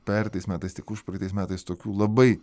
pereitais metais tiek užpraeitais metais tokių labai